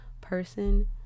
person